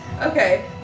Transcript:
Okay